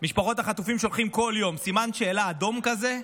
משפחות החטופים שולחים כל יום סימן שאלה אדום כזה,